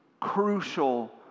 crucial